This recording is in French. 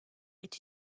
est